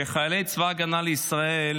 ש-593 חיילי צבא הגנה לישראל